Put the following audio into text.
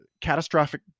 catastrophic